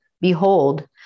Behold